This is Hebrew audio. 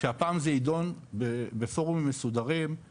שהפעם זה ידון בפורומים מסודרים,